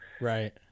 right